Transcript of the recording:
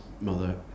mother